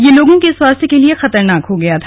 यह लोगों के स्वास्थ्य के लिए खतरनाक हो गया था